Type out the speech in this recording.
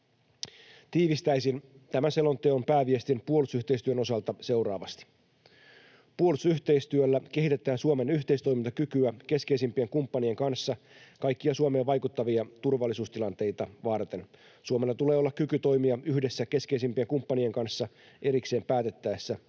Tiivistäisin tämän selonteon pääviestin puolustusyhteistyön osalta seuraavasti: Puolustusyhteistyöllä kehitetään Suomen yhteistoimintakykyä keskeisimpien kumppanien kanssa kaikkia Suomeen vaikuttavia turvallisuustilanteita varten. Suomella tulee olla kyky toimia yhdessä keskeisimpien kumppanien kanssa erikseen päätettäessä, myös